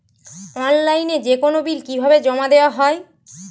অনলাইনে যেকোনো বিল কিভাবে জমা দেওয়া হয়?